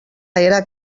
era